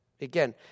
Again